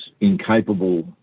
incapable